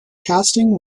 casting